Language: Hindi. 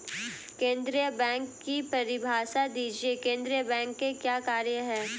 केंद्रीय बैंक की परिभाषा दीजिए केंद्रीय बैंक के क्या कार्य हैं?